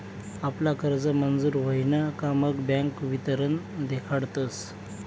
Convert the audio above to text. आपला कर्ज मंजूर व्हयन का मग बँक वितरण देखाडस